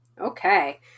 okay